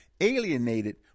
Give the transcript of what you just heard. alienated